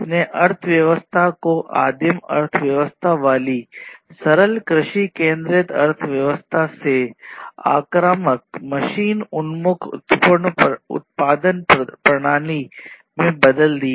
इसने अर्थव्यवस्था को आदिम अर्थव्यवस्था वाली सरल कृषि केंद्रित अर्थव्यवस्था से आक्रामक मशीन उन्मुख उत्पादन प्रणाली में बदल दिया